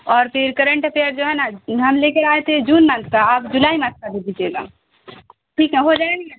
اور پھر current affair جو ہے نا ہم لے کے آئے تھے جون منتھ کا آپ جولائی منتھ کا دے دیجیے گا ٹھیک ہے ہو جائے گی نا